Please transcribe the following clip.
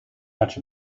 much